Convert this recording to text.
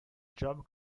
job